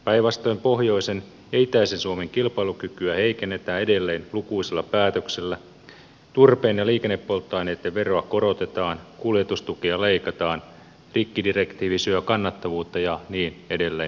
päinvastoin pohjoisen ja itäisen suomen kilpailukykyä heikennetään edelleen lukuisilla päätöksillä turpeen ja liikennepolttoaineitten veroa korotetaan kuljetustukea leikataan rikkidirektiivi syö kannattavuutta ja niin edelleen